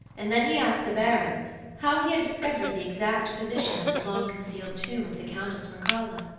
and then he asked the baron how he had discovered the exact position of the long-concealed tomb of the countess mircalla?